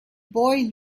boy